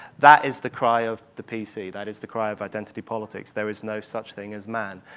that is the cry of the p c. that is the cry of identity politics. there is no such thing as man.